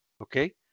okay